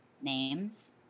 Names